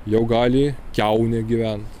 jau gali kiaunė gyvent